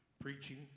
preaching